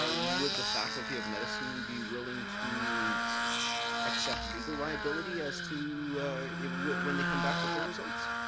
ah would the faculty of medicine be willing to accept legal liability as to when they come back with their result?